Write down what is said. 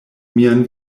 mian